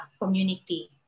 community